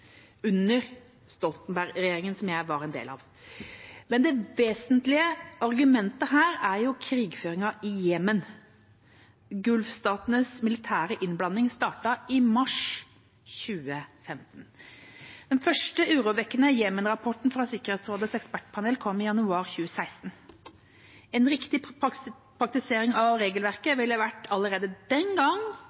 under Stoltenberg-regjeringa, som jeg var en del av. Men det vesentlige argumentet her er jo krigføringen i Jemen – gulfstatenes militære innblanding startet i mars 2015. Den første urovekkende Jemen-rapporten fra Sikkerhetsrådets ekspertpanel kom i januar 2016. En riktig praktisering av regelverket ville allerede den gang,